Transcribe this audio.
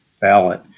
ballot